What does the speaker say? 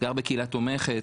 גר בקהילה תומכת,